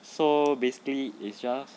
so basically it's just